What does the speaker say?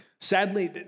Sadly